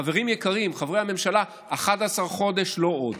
חברים יקרים, חברי הממשלה, 11 חודש, לא עוד.